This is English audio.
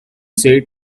said